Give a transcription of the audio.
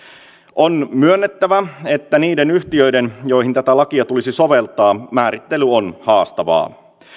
on myönnettävä että niiden yhtiöiden joihin tätä lakia tulisi soveltaa määrittely on haastavaa